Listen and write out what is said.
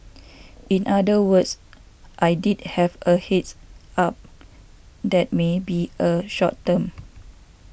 in other words I did have a heads up that may be a short term